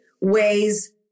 ways